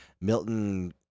Milton